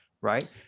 right